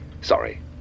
Sorry